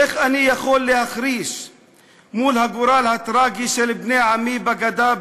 איך אני יכול להחריש מול הגורל הטרגי של בני עמי בגדה,